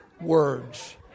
words